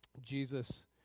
Jesus